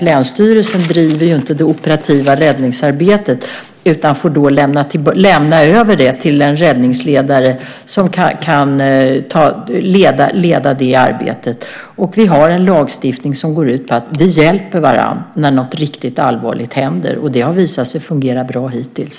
Länsstyrelsen driver dock inte det operativa räddningsarbetet utan får lämna över det till en räddningsledare som kan leda arbetet. Vi har en lagstiftning som går ut på att vi hjälper varandra när något riktigt allvarligt händer. Det har visat sig fungera bra hittills.